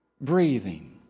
breathing